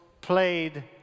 played